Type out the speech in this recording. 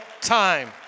time